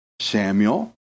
Samuel